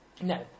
No